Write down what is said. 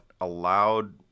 allowed